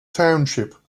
township